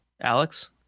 Alex